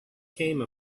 came